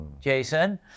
Jason